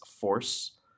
force